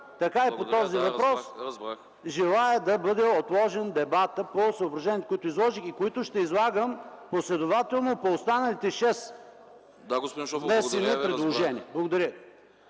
така и по този въпрос желая да бъде отложен дебатът по съображенията, които изложих и които ще излагам последователно по останалите шест, внесени предложения. Благодаря